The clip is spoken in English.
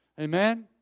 Amen